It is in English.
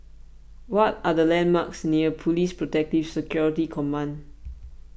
what are the landmarks near Police Protective Security Command